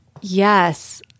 Yes